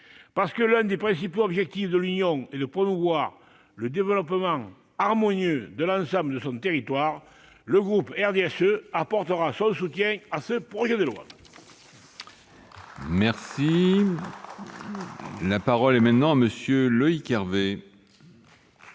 Parce que l'un des principaux objectifs de l'Union européenne est de promouvoir le développement harmonieux de l'ensemble de son territoire, le groupe du RDSE apportera son soutien à ce projet de loi. La parole est à M. Loïc Hervé.